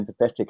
empathetic